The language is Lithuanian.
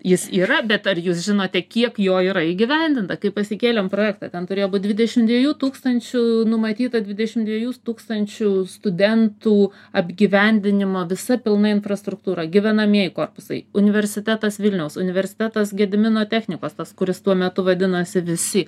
jis yra bet ar jūs žinote kiek jo yra įgyvendinta kai pasikėlėm projektą ten turėjo būt dvidešim dviejų tūkstančių numatyta dvidešim dviejų tūkstančių studentų apgyvendinimo visa pilna infrastruktūra gyvenamieji korpusai universitetas vilniaus universitetas gedimino technikos tas kuris tuo metu vadinosi visi